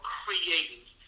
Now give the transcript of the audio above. creating